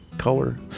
color